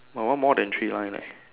my one more than three line leh